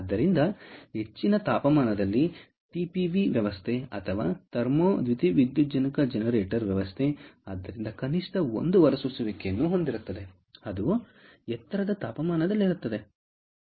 ಆದ್ದರಿಂದ ಹೆಚ್ಚಿನ ತಾಪಮಾನದಲ್ಲಿ ಟಿಪಿವಿ ವ್ಯವಸ್ಥೆ ಅಥವಾ ಥರ್ಮೋ ದ್ಯುತಿವಿದ್ಯುಜ್ಜನಕ ಜನರೇಟರ್ ವ್ಯವಸ್ಥೆ ಆದ್ದರಿಂದ ಕನಿಷ್ಠ ಒಂದು ಹೊರ ಸೂಸುವಿಕೆಯನ್ನು ಹೊಂದಿರುತ್ತದೆ ಅದು ಎತ್ತರದ ತಾಪಮಾನದಲ್ಲಿರುತ್ತದೆ